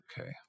okay